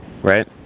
Right